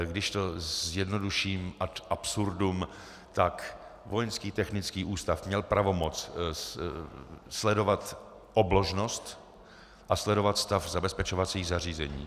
Když to zjednoduším ad absurdum, tak Vojenský technický ústav měl pravomoc sledovat obložnost a sledovat stav zabezpečovacích zařízení.